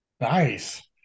Nice